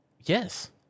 Yes